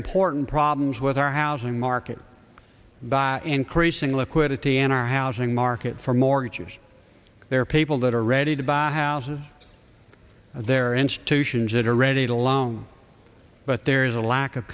important problems with our housing market by increasing liquidity and our housing market for mortgages there are people that are ready to buy houses there are institutions that are ready to loan but there is a lack of